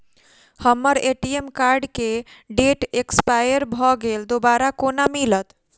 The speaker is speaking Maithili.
हम्मर ए.टी.एम कार्ड केँ डेट एक्सपायर भऽ गेल दोबारा कोना मिलत?